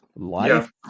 life